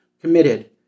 committed